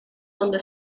donde